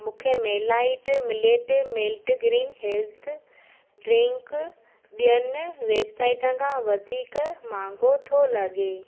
मूंखे मेलाइट मिलेट मेल्टग्रीन हेल्थ ड्रिंक ॿियुनि वेबसाइटनि खां वधीक महांगो थो लॻे